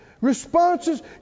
responses